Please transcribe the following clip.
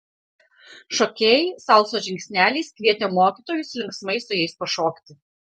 šokėjai salsos žingsneliais kvietė mokytojus linksmai su jais pašokti